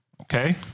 okay